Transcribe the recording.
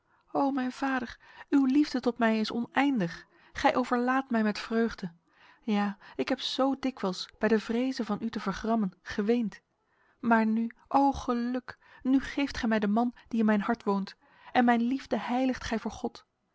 o mijn vader uw liefde tot mij is oneindig gij overlaadt mij met vreugde ja ik heb zo dikwijls bij de vreze van u te vergrammen geweend maar nu o geluk nu geeft gij mij de man die in mijn hart woont en mijn liefde heiligt gij voor god